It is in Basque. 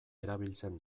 erabiltzen